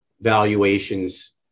valuations